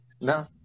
No